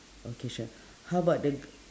okay sure how about the